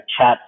chat